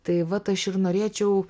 tai vat aš ir norėčiau